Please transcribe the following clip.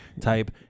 type